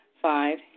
Five